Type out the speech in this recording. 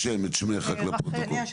אני רחל